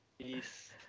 Peace